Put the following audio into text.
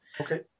Okay